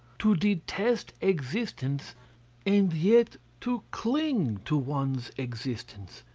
to detest existence and yet to cling to one's existence?